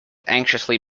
anxiously